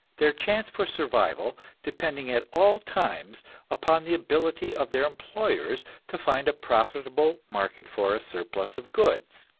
their chance for survival depending at all times upon the ability of their employers to find a profitable market for a surplus of goods.